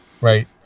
Right